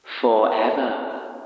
forever